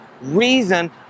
reason